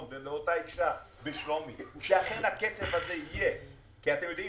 ולאותה אישה בשלומי ושאכן הכסף הזה באמת ילך